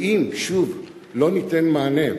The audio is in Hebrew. ואם לא ניתן מענה,